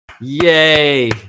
Yay